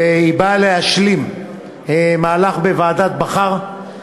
והיא באה להשלים מהלך של ועדת בכר,